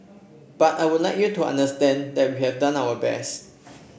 but I would like you to understand that we have done our best